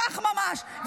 כך ממש.